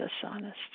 dishonest